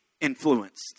influenced